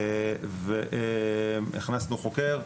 והכנסנו חוקר,